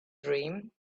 dream